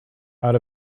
out